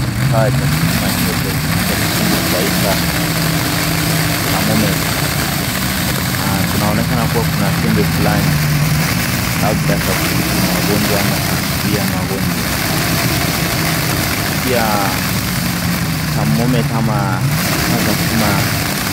Ni kifaa cha kupima joto katika kizungu twaita thermometer . Kunaonekana kuwa kuna tembe fulani labda za kutibu magonjwa ama za kuzuia magonjwa pia thermometer ama kifaa cha kupima...